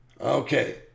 Okay